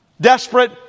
Desperate